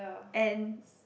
and